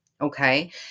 Okay